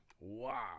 Wow